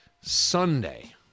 Sunday